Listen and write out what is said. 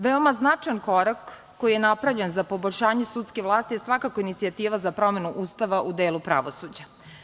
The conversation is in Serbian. Veoma značajan korak koji je napravljen za poboljšanje sudske vlasti je svakako inicijativa za promenu Ustava u delu pravosuđa.